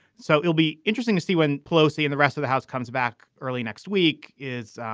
so it'll be interesting to see when pelosi and the rest of the house comes back early next week is